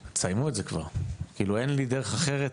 תסיימו את זה כבר, כאילו אין לי דרך אחרת